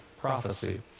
prophecy